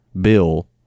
Bill